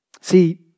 See